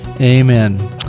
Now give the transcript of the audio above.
Amen